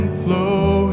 flow